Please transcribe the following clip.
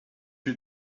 you